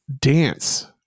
dance